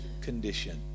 condition